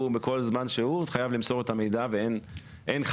ובכל זמן שהוא חייב למסור את המידע ואין חריגים.